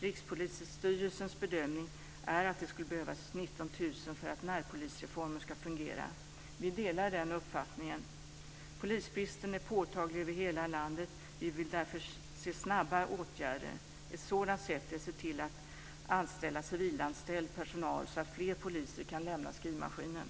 Rikspolisstyrelsens bedömning är att det skulle behövas 19 000 poliser för att närpolisreformen ska fungera. Vi delar den uppfattningen. Polisbristen är påtaglig över hela landet. Vi vill därför se snabba åtgärder. En sådan åtgärd vore att se till att anställa civil personal så att fler poliser kan lämna skrivmaskinen.